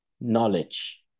knowledge